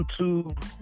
YouTube